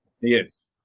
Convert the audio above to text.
yes